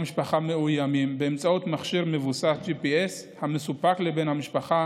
מאוימים באמצעות מכשיר מבוסס GPS המסופק לבן המשפחה